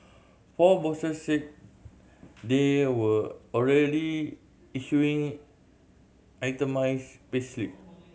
four bosses said they were already issuing itemised payslip